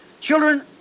children